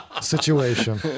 situation